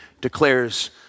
declares